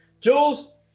Jules